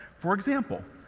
for example,